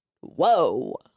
whoa